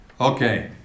Okay